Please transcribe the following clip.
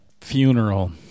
funeral